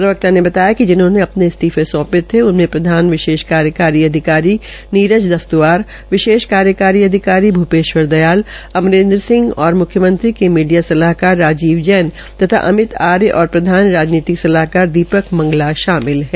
प्रवक्ता ने बताया कि जिन्होंने अपने इस्तीफे सौंपे थे उनमें प्रधान विशेष कार्यकारी अधिकारी नीरज दफ़्त्रआर विशेष कार्यकारी अधिकारी भूपेश्वर दयाल और अमरेन्द्र सिंह तथा मुख्यमंत्री के मीडिया सलाहकार राजीव जैन और अमित आर्य तथा प्रधान राजनीतिक सलाहकार दीपक मंगला शामिल है